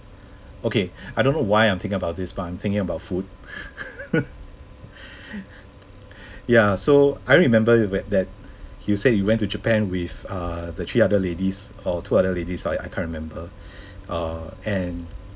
okay I don't know why I'm thinking about this but I'm thinking about food ya so I remember where that you said you went to japan with uh the three other ladies or two other ladies I I can't really remember uh and